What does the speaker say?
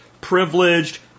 privileged